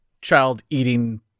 child-eating